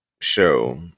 show